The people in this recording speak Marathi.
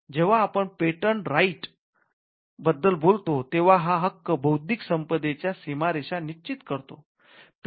जेव्हा आपण पेटंट राईट शोधावरचा हक्क बद्दल बोलतो तेव्हा हक्क हा बौद्धिक संपदेच्या सीमारेषा निश्चित करतो